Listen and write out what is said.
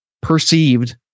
perceived